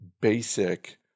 basic